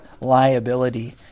liability